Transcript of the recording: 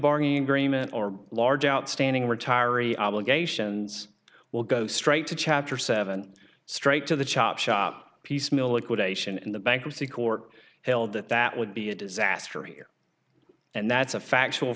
bargaining agreement or large outstanding retiring obligations will go straight to chapter seven straight to the chop shop piece millett quotation in the bankruptcy court held that that would be a disaster here and that's a factual